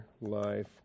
Life